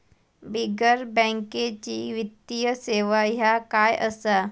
बिगर बँकेची वित्तीय सेवा ह्या काय असा?